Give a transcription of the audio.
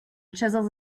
chisels